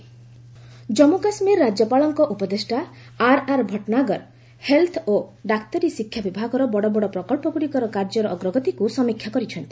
JK ପ୍ରୋଜେକୁସ ଜାମ୍ମୁ କାଶ୍ମୀର ରାଜ୍ୟପାଳଙ୍କ ଉପଦେଷ୍ଟା ଆର୍ଆର୍ ଭଟ୍ଟନାଗର ହେଲ୍ଥ ଓ ଡାକ୍ତରୀଶିକ୍ଷା ବିଭାଗର ବଡ଼ବଡ଼ ପ୍ରକଳ୍ପଗୁଡ଼ିକର କାର୍ଯ୍ୟର ଅଗ୍ରଗତିକୁ ସମୀକ୍ଷା କରିଛନ୍ତି